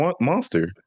Monster